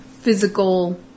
Physical